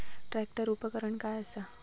Tractor उपकरण काय असा?